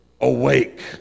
Awake